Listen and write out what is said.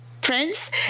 Prince